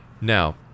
Now